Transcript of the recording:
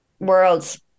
worlds